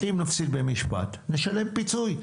אם נפסיד במשפט, נשלם פיצוי.